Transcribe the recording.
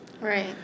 Right